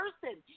person